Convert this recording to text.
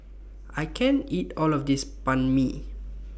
I can't eat All of This Banh MI